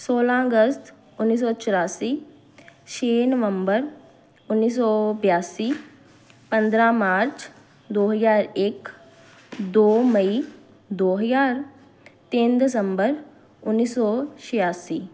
ਸੌਲਾਂ ਅਗਸਤ ਉੱਨੀ ਸੌ ਚੁਰਾਸੀ ਛੇ ਨਵੰਬਰ ਉੱਨੀ ਸੌ ਬਿਆਸੀ ਪੰਦਰਾਂ ਮਾਰਚ ਦੋ ਹਜ਼ਾਰ ਇੱਕ ਦੋ ਮਈ ਦੋ ਹਜ਼ਾਰ ਤਿੰਨ ਦਸੰਬਰ ਉੱਨੀ ਸੌ ਛਿਆਸੀ